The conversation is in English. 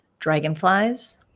Dragonflies